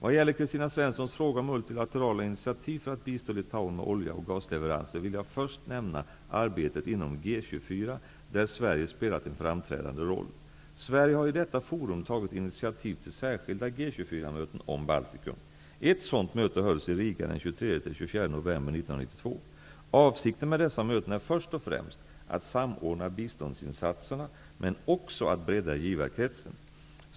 Vad gäller Kristina Svenssons fråga om multilaterala initiativ för att bistå Litauen med oljeoch gasleveranser vill jag först nämna arbetet inom G-24 där Sverige spelat en framträdande roll. Sverige har i detta forum tagit initiativ till särskilda G-24 möten om Baltikum. Ett sådant möte hölls i Riga den 23--24 november 1992. Avsikten med dessa möten är först och främst att samordna biståndsinsatserna, men också att bredda givarkretsen.